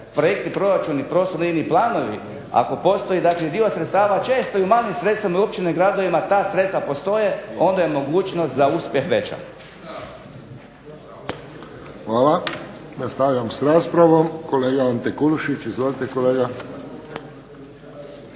projekti, proračuni, …/Ne razumije se./… planovi, ako postoji dakle dio sredstava često i u manjim sredstvima općinama i gradovima ta sredstva postoje, onda je mogućnost za uspjeh veća. **Friščić, Josip (HSS)** Hvala. Nastavljamo s raspravom. Kolega Ante Kulušić. Izvolite kolega.